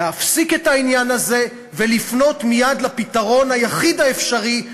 להפסיק את העניין הזה ולפנות מייד לפתרון היחיד האפשרי,